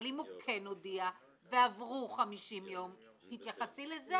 אבל אם הוא כן הודיע ועברו 50 יום תתייחסי לזה.